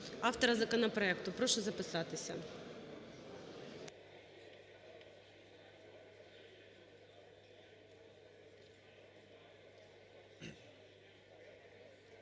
автора законопроекту. Прошу записатися.